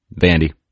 vandy